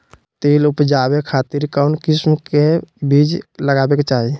तिल उबजाबे खातिर कौन किस्म के बीज लगावे के चाही?